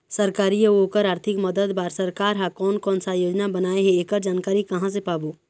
सरकारी अउ ओकर आरथिक मदद बार सरकार हा कोन कौन सा योजना बनाए हे ऐकर जानकारी कहां से पाबो?